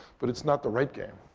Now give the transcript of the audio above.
but it's not the right game.